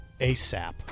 asap